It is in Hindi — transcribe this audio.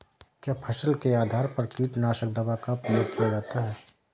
क्या फसल के आधार पर कीटनाशक दवा का प्रयोग किया जाता है?